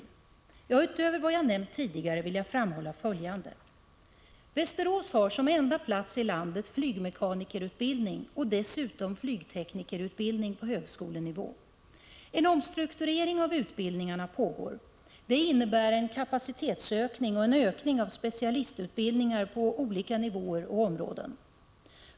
Ja, utöver vad jag nämnt tidigare vill jag framhålla följande. Västerås har som enda plats i landet flygmekanikerutbildning och dessutom flygteknikerutbildning på högskolenivå. En omstrukturering av utbildningarna pågår. Det innebär en kapacitetsökning och en ökning av specialistutbildningar på olika nivåer och områden.